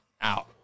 out